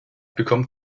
become